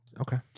Okay